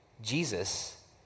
Jesus